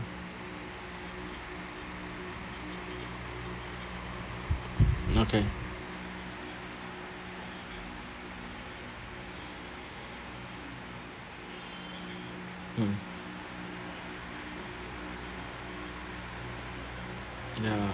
okay mm ya